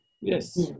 Yes